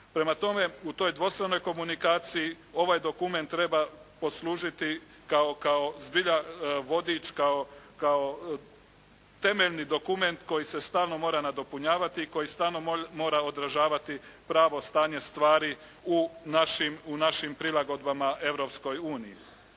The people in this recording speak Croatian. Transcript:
Prema tome, u toj dvostranoj komunikaciji ovaj dokument treba poslužiti kao zbilja vodič, kao temeljni dokument koji se stalno mora nadopunjavati i koja stalno mora odražavati pravo stanje stvari u našim prilagodbama Europskoj uniji.